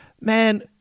man